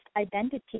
identity